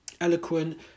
eloquent